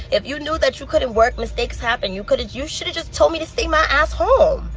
if you knew that you couldn't work, mistakes happen. you could've you should've just told me to stay my a s home!